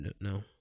No